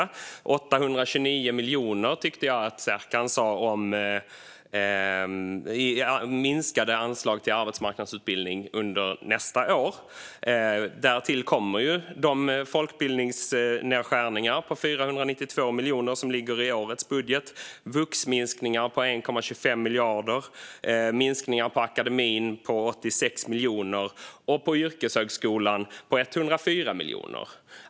Jag tyckte att Serkan sa 829 miljoner i minskade anslag till arbetsmarknadsutbildning under nästa år. Därtill kommer de folkbildningsnedskärningar på 492 miljoner som ligger i årets budget, vuxminskningar på 1,25 miljarder samt minskningar på akademin med 86 miljoner och på yrkeshögskolan med 104 miljoner.